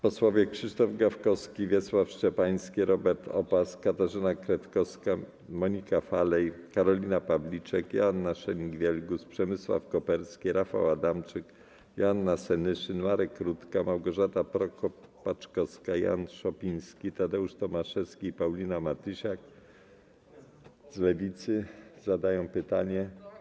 Posłowie Krzysztof Gawkowski, Wiesław Szczepański, Robert Obaz, Katarzyna Kretkowska, Monika Falej, Karolina Pawliczak, Joanna Scheuring-Wielgus, Przemysław Koperski, Rafał Adamczyk, Joanna Senyszyn, Marek Rutka, Małgorzata Prokop-Paczkowska, Jan Szopiński, Tadeusz Tomaszewski i Paulina Matysiak z Lewicy zadają pytanie.